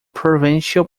provincial